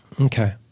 okay